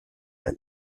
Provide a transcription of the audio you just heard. and